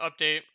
update